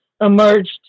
emerged